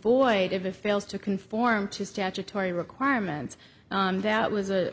void if it fails to conform to statutory requirements that was a